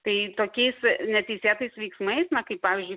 tai tokiais neteisėtais veiksmais na kaip pavyzdžiui